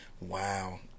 wow